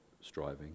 striving